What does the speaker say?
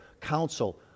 counsel